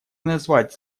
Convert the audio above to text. назвать